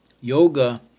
Yoga